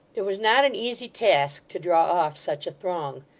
it was not an easy task to draw off such a throng.